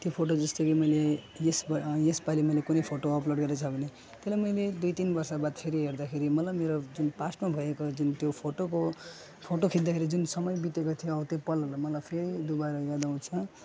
त्यो फोटो जस्तो कि मैले यस अब यस पालि मैले कुनै फोटो अपलोड गरेको छ भने त्यसलाई मैले दुई तिन वर्ष बाद फेरि हेर्दाखेरि मलाई मेरो जुन पास्टमा भएको जुन त्यो फोटोको फोटो खिच्दाखेरि जुन समय बितेको थियो हौ त्यो पलहरूलाई मलाई फेरि दोबारा याद आउँछ